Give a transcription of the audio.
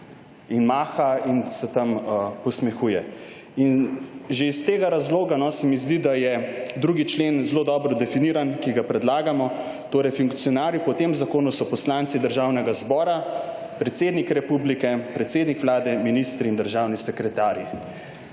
in maha in se tam posmehuje. In že iz tega razloga se mi zdi, da je 2. člen zelo dobro definiran, ki ga predlagamo, torej funkcionarji po tem zakonu so poslanci Državnega zbora, predsednik republike, predsednik vlade, ministri in državni sekretarji.